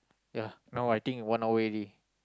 ya now I think one hour already